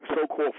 so-called